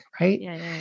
Right